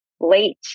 late